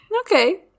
Okay